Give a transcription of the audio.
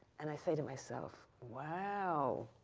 and i say to myself, wow,